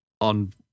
on